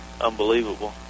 unbelievable